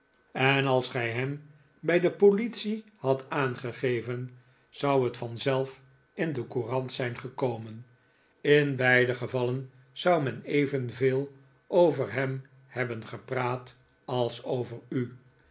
en als gij hem bij de politie hadt aangegeven zou het vanzelf in de courant zijn gekomen in beide gevallen zou men evenveel over hem hebben gepraat als over u